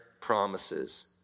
promises